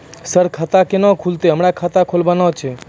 Sir खाता केना खुलतै, हमरा खाता खोलवाना छै?